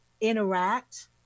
interact